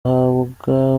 ahabwa